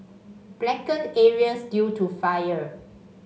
blackened areas due to fire